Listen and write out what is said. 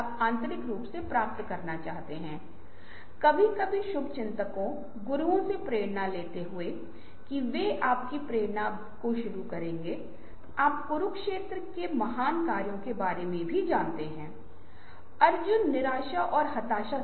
पहली समस्या मौखिक रूप से प्रस्तुत की जाती है नाममात्र का मतलब है कि समूह मौजूद है लेकिन समूह के सदस्यों के बीच कोई मौखिक संचार नहीं है